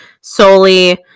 solely